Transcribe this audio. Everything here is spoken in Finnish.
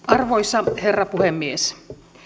arvoisa herra puhemies